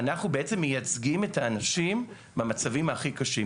ואנחנו בעצם מייצגים את האנשים במצבים הכי קשים.